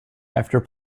after